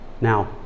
Now